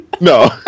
no